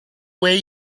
way